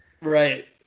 Right